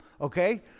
okay